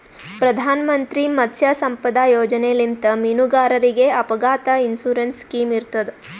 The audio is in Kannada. ಪ್ರಧಾನ್ ಮಂತ್ರಿ ಮತ್ಸ್ಯ ಸಂಪದಾ ಯೋಜನೆಲಿಂತ್ ಮೀನುಗಾರರಿಗ್ ಅಪಘಾತ್ ಇನ್ಸೂರೆನ್ಸ್ ಸ್ಕಿಮ್ ಇರ್ತದ್